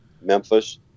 memphis